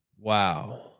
wow